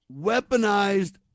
weaponized